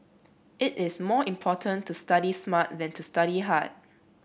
it is more important to study smart than to study hard